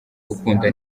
gukunda